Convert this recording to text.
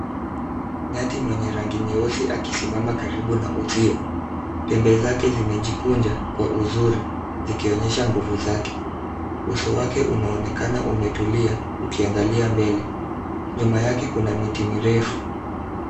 Nyati mwenye rangi nyeusi ,akisimama karibu na uzio. Pembe zake zimejikunja kwa uzuri, zikionyesha nguvu zake .Uso wake unaonekana umetulia ukiangalia mbele. Nyuma yake Kuna miti mirefu.